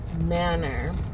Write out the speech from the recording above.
manner